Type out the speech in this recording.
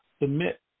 Submit